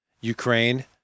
ukraine